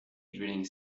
drilling